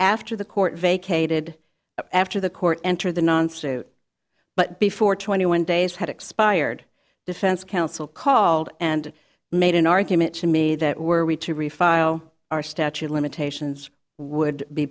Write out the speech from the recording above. after the court vacated after the court enter the non suit but before twenty one days had expired defense counsel called and made an argument to me that were we to refile our statute of limitations would be